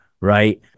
right